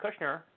Kushner